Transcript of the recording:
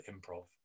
improv